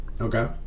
Okay